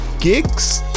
gigs